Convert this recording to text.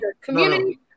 community